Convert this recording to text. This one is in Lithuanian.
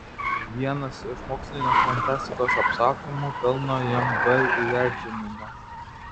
vienas iš mokslinės fantastikos apsakymų pelno jam b įvertinimą